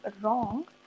wrong